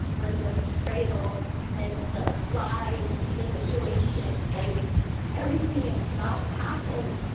when the betrayal and the lies and the manipulation and everything itself happens,